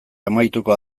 amaituko